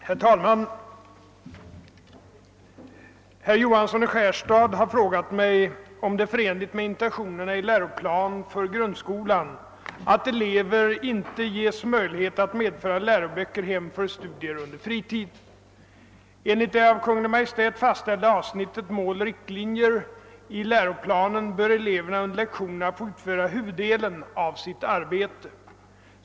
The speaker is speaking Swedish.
Herr talman! Herr Johansson i Skärstad har frågat mig, om det är förenligt med intentionerna i läroplan för grundskolan att elever inte ges möjlighet att medföra läroböcker hem för studier under fritid. Enligt det av Kungl. Maj:t fastställda avsnittet Mål och riktlinjer i läroplanen bör eleverna under lektionerna få utföra huvuddelen av sitt arbete.